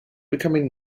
becoming